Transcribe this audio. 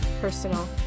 personal